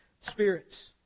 spirits